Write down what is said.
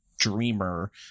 dreamer